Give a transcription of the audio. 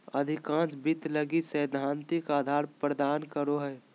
अधिकांश वित्त लगी सैद्धांतिक आधार प्रदान करो हइ